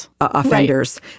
offenders